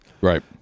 Right